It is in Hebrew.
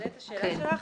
לחדד את השאלה שלך.